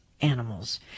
animals